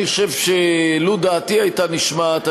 לו דעתי הייתה נשמעת,